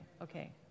Okay